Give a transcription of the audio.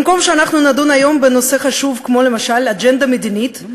במקום שאנחנו נדון היום בנושא חשוב כמו למשל אג'נדה מדינית,